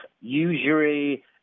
usury